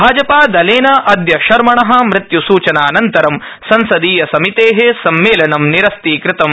भाजपादलेन अद्य शर्मण मत्यूसूचनानन्तरं संसदीय समिते सम्मेलनं निरस्तीकृतम्